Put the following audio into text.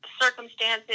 circumstances